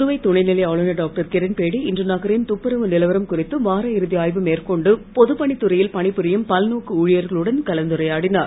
புதுவை துணைநிலை ஆளுநர் டாக்டர் கிரண்பேடி இன்று நகரின் துப்புரவு நிலவரம் குறித்து வார இறுதி ஆய்வு மேற்கொண்டு பொதுப் பணித்துறையில் பணிபுரியும் பல்நோக்கு ஊழியர்களுடன் கலந்துரையாடினார்